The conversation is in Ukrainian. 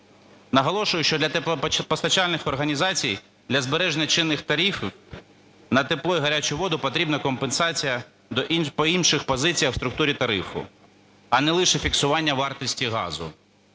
Наголошую, що для теплопостачальних організацій для збереження чинних тарифів на тепло і гарячу воду потрібна компенсація по інших позиціях в структурі тарифу, а не лише фіксування вартості газу.